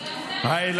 וגם את זה הם לא מדווחים.